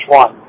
one